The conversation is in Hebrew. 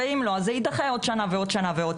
ואם לא, אז זה יידחה עוד שנה ועוד שנה.